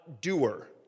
doer